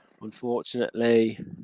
unfortunately